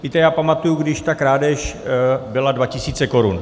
Víte, já pamatuji, když krádež byla 2 tisíce korun.